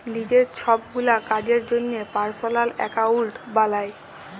লিজের ছবগুলা কাজের জ্যনহে পার্সলাল একাউল্ট বালায়